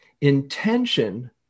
Intention